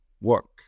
work